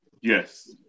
yes